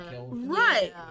Right